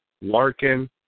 Larkin